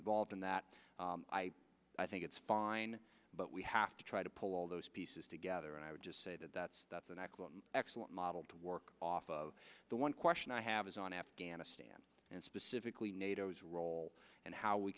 involved in that i think it's fine but we have to try to pull all those pieces together and i would just say that that's that's an excellent model to work off of the one question i have is on afghanistan and specifically nato has role and how we